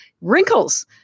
Wrinkles